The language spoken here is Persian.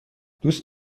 دوست